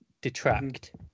detract